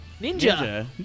Ninja